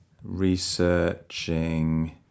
researching